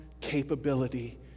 capability